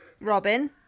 Robin